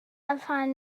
upon